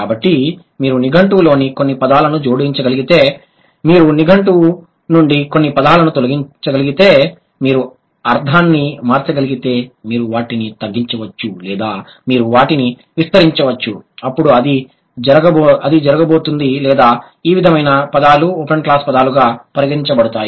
కాబట్టి మీరు నిఘంటువులోని కొన్ని పదాలను జోడించగలిగితే మీరు నిఘంటువు నుండి కొన్ని పదాలను తొలగించగలిగితే మీరు అర్థాన్ని మార్చగలిగితే మీరు వాటిని తగ్గించవచ్చు లేదా మీరు వాటిని విస్తరించవచ్చు అప్పుడు అది జరగబోతోంది లేదా ఈ విధమైన పదాలు ఓపెన్ క్లాస్ పదాలుగా పరిగణించబడతాయి